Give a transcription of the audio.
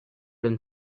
than